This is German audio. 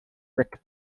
weg